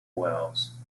wales